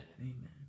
Amen